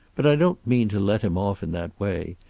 but i don't mean to let him off in that way.